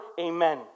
Amen